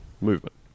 movement